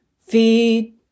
feed